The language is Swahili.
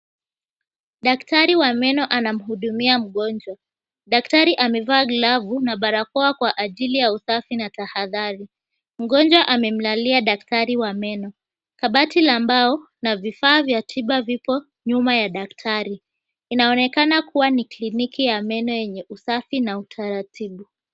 Daktari wa meno anamhudumia mgonjwa. Daktari amevaa glavu na barakoa kwa ajili ya usafi na tahadhari. Mgonjwa amemlalia daktari wa meno. Kabati la mbao na vifaa vya tiba vipo nyuma ya daktari. Inaonekana kuwa ni kliniki ya meno yenye usafi na utaratibu.